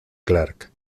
clark